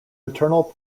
maternal